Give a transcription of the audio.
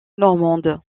normandes